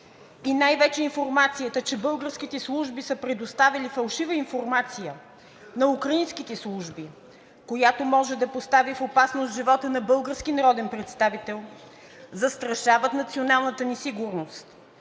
и най-вече информацията, че българските служби са предоставили фалшива информация на украинските служби, която може да постави в опасност живота на български народен представител, застрашават националната ни сигурност